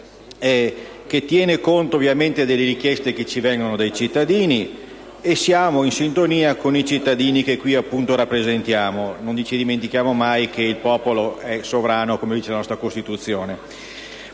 che tiene conto ovviamente delle richieste che ci vengono dai cittadini e siamo in sintonia con i cittadini che qui rappresentiamo. Non ci dimentichiamo mai che il popolo è sovrano, come recita la nostra Costituzione.